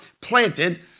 planted